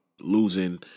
losing